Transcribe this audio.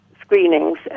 screenings